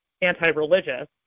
anti-religious